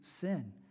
sin